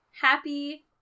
Happy